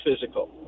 physical